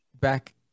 back